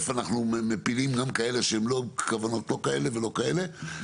אנחנו מפילים גם כאלה שהם לא עם כוונות כאלה ולא כאלה,